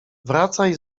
wracaj